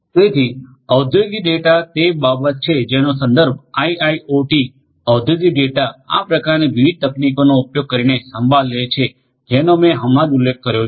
તેથી ઔદ્યોગિક ડેટા તે બાબત છે જેનો સંદર્ભ આઇઆઇઓટી ઔદ્યોગિક ડેટા આ પ્રકારની વિવિધ તકનીકોનો ઉપયોગ કરીને સંભાળ લે છે જેનો મેં હમણાં જ ઉલ્લેખ કર્યો છે